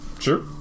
Sure